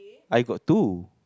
I got two